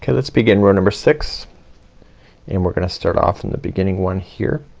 yeah let's begin row number six and we're gonna start off in the beginning one here